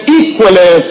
equally